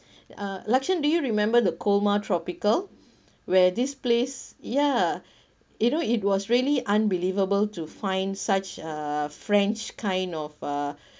uh lakshen do you remember the colmar tropicale where this place ya you know it was really unbelievable to find such a french kind of a